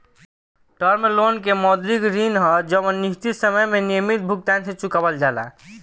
term loan के मौद्रिक ऋण ह जवन निश्चित समय में नियमित भुगतान से चुकावल जाला